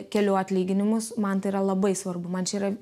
keliu atlyginimus man tai yra labai svarbu man čia yra